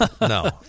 no